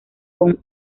con